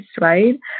right